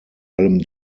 allem